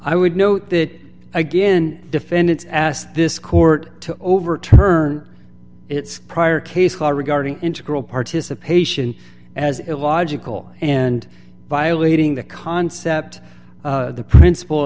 i would note that again defendant asked this court to overturn its prior case law regarding integral participation as illogical and violating the concept the princip